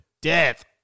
death